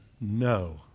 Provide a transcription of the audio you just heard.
No